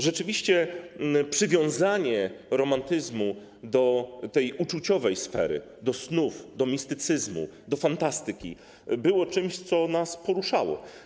Rzeczywiście przywiązanie romantyzmu do tej uczuciowej sfery, do snów, do mistycyzmu, do fantastyki, było czymś, co nas poruszało.